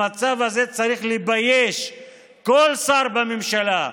המצב הזה צריך לבייש כל שר בממשלה,